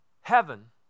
heaven